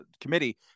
Committee